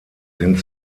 sind